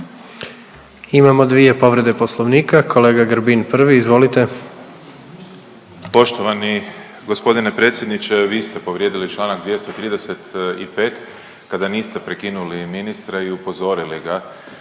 Imamo dvije povrede Poslovnika. Kolega Grbin prvi, izvolite. **Grbin, Peđa (SDP)** Poštovani gospodine predsjedniče, vi ste povrijedili članak 235., kada niste prekinuli ministra i upozorili ga